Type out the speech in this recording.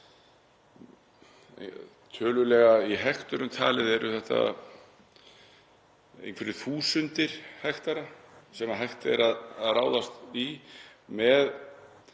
tölulega í hekturum talið eru þetta einhverjar þúsundir hektara sem hægt væri að ráðast í.